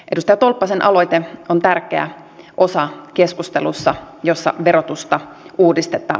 edustaja tolppasen aloite on tärkeä osa keskustelussa jossa verotusta uudistetaan